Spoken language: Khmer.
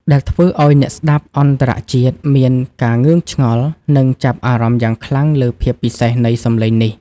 ដែលធ្វើឱ្យអ្នកស្តាប់អន្តរជាតិមានការងឿងឆ្ងល់ និងចាប់អារម្មណ៍យ៉ាងខ្លាំងលើភាពពិសេសនៃសម្លេងនេះ។